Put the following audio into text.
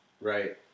right